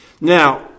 Now